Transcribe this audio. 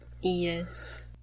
Yes